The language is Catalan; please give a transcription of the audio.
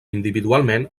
individualment